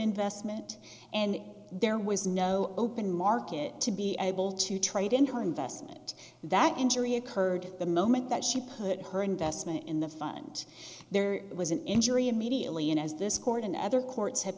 investment and there was no open market to be able to trade in her investment that injury occurred the moment that she put her investment in the fund there was an injury immediately and as this court and other courts have